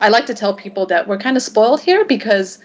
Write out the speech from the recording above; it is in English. i like to tell people that we're kind of spoiled here because